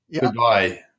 Goodbye